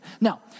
Now